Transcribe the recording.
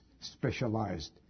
specialized